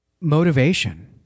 motivation